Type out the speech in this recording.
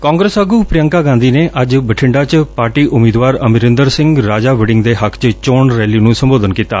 ਕਾਂਗਰਸ ਆਗੁ ਪ੍ਰਿਅੰਕਾ ਗਾਂਧੀ ਨੇ ਅੱਜ ਬਠਿੰਡਾ ਚ ਪਾਰਟੀ ਉਮੀਦਵਾਰ ਅਮਰਿੰਦਰ ਸਿੰਘ ਰਾਜਾ ਵਡਿੰਗ ਦੇ ਹੱਕ ਚ ਚੋਣ ਰੈਲੀ ਨੂੰ ਸੰਬੋਧਨ ਕੀਤਾ